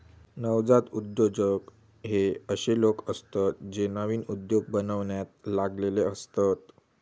नवजात उद्योजक हे अशे लोक असतत जे नवीन उद्योग बनवण्यात लागलेले असतत